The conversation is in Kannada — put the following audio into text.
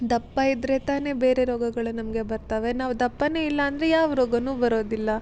ದಪ್ಪ ಇದ್ದರೆ ತಾನೆ ಬೇರೆ ರೋಗಗಳು ನಮಗೆ ಬರ್ತವೆ ನಾವು ದಪ್ಪನೆ ಇಲ್ಲ ಅಂದರೆ ಯಾವ ರೋಗನೂ ಬರೋದಿಲ್ಲ